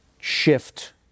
shift